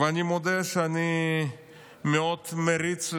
ואני מודה שאני מאוד מעריץ,